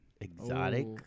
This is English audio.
Exotic